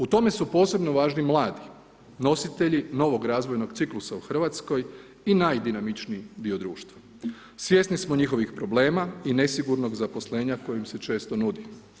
U tome su posebno važni mladi nositelji novog razvojnog ciklusa u Hrvatskoj i najdinamičniji dio društva, svjesni smo njihovih problema i nesigurnost zaposlenja koje im se često nudi.